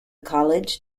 college